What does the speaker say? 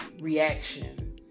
reaction